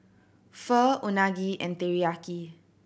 Pho Unagi and Teriyaki